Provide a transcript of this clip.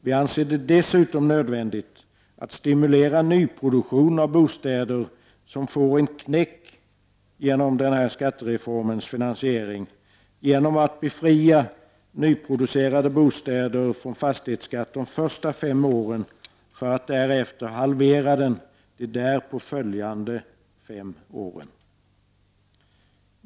Vi anser det dessutom nödvändigt att stimulera nyproduktion av bostäder, som får en knäck genom den här skattereformens finansiering, genom att befria nyproducerade bostäder från fastighetsskatt de första fem åren för att därefter halvera den de därpå följande fem åren.